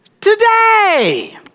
today